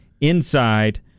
inside